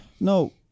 no